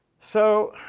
so,